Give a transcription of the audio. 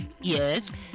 Yes